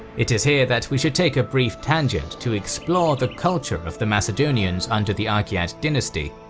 it is here that we should take a brief tangent to explore the culture of the macedonians under the argead dynasty,